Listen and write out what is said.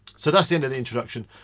so that's the end of the introduction.